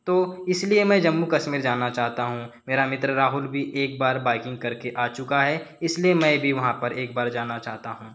तो इसलिए मैं जम्मू कश्मीर जाना चाहता हूँ मेरा मित्र राहुल भी एक बार बाइकिंग करके आ चुका है इसलिए मैं भी वहाँ पर एक बार जाना चाहता हूँ